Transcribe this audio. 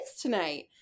tonight